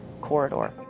corridor